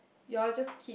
you all just keep